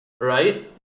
right